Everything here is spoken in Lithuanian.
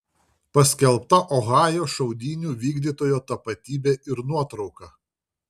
paskelbta ohajo šaudynių vykdytojo tapatybė ir nuotrauka